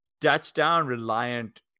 touchdown-reliant